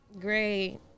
great